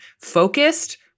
focused